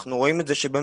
אנחנו רואים את זה שבאמת